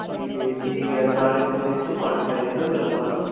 ਠੀਕ ਹੈ ਜੀ ਠੀਕ ਹੈ ਗਾਣੇ ਗੂਣੇ ਵਿੱਚ ਪਾਉਣੇ ਪੈਣੇ ਨਾ ਫਿਰ ਆਪਾਂ ਨੂੰ